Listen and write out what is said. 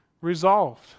resolved